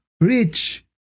rich